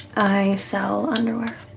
i sell